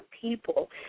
people